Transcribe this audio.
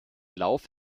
laufe